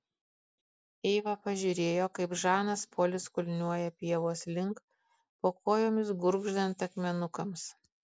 eiva pažiūrėjo kaip žanas polis kulniuoja pievos link po kojomis gurgždant akmenukams